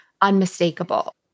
unmistakable